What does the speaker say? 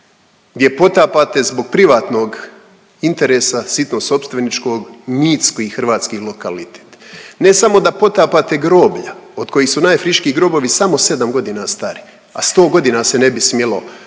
gdje potapate zbog privatnog interesa sitno sopstveničkog mitski hrvatski lokalitet. Ne samo da potapate groblja od kojih su najfriškiji grobovi samo 7 godina stari, a 100 godina se ne bi smjelo to